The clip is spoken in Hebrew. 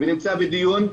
ונמצא בדיון,